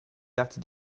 dati